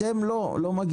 לכם לא מגיע.